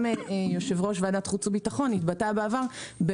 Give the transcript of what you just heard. גם יושב-ראש ועדת חוץ וביטחון התבטא בעבר בשאלה